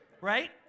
right